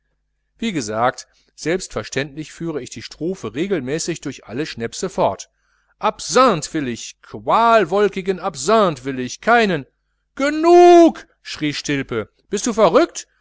wie gesagt selbstverständlich führe ich die strophe regelmäßig durch alle schnäpse fort genug schrie stilpe bist du verrückt